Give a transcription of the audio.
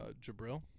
Jabril